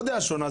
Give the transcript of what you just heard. זו לא דעה שונה.